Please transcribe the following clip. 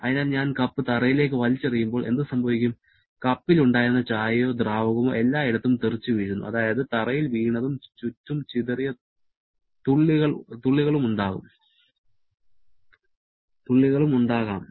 അതിനാൽ ഞാൻ കപ്പ് തറയിലേക്ക് വലിച്ചെറിയുമ്പോൾ എന്തുസംഭവിക്കും കപ്പിൽ ഉണ്ടായിരുന്ന ചായയോ ദ്രാവകമോ എല്ലായിടത്തും തെറിച്ചുവീഴുന്നു അതായത് തറയിൽ വീണതും ചുറ്റും ചിതറിയ തുള്ളികളും ഉണ്ടാകാം